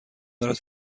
دارد